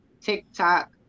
TikTok